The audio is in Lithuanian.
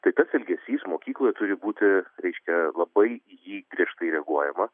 tai tas elgesys mokykloj turi būti reiškia labai į jį griežtai reaguojama